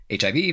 HIV